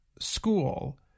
school